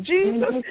Jesus